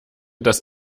das